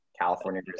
California